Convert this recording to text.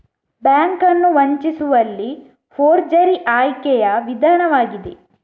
bank ಅನ್ನು ವಂಚಿಸುವಲ್ಲಿ forgery ಆಯ್ಕೆಯ ವಿಧಾನವಾಗಿದೆ